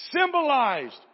symbolized